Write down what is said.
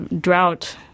Drought